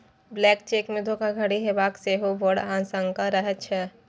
blank चेकमे धोखाधड़ी हेबाक सेहो बड़ आशंका रहैत छै